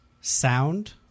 sound